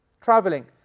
traveling